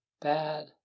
bad